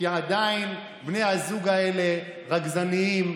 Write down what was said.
כי עדיין בני הזוג האלה רגזניים,